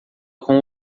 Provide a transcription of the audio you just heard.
com